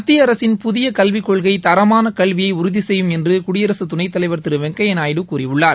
மத்திய அரசின் புதிய கல்விக் கொள்கை தரமான கல்வியை உறுதி செய்யும் என்று குடியரசு துணைத்தலைவர் திரு வெங்கையா நாயுடு கூறியுள்ளார்